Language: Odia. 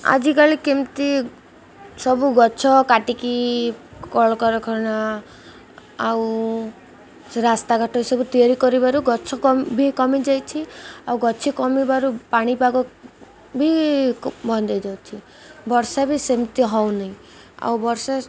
ଆଜିକାଲି କେମିତି ସବୁ ଗଛ କାଟିକି କଳକାରଖାନା ଆଉ ସେ ରାସ୍ତାଘାଟ ଏସବୁ ତିଆରି କରିବାରୁ ଗଛ ବି କମିଯାଇଛି ଆଉ ଗଛ କମିବାରୁ ପାଣିପାଗ ବି ବନ୍ଦ ହେଇଯାଉଛି ବର୍ଷା ବି ସେମିତି ହଉନି ଆଉ ବର୍ଷା